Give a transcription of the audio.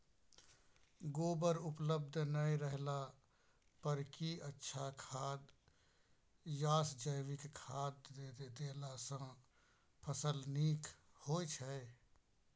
गोबर उपलब्ध नय रहला पर की अच्छा खाद याषजैविक खाद देला सॅ फस ल नीक होय छै?